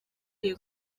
iyo